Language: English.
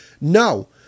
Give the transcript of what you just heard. No